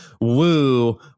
woo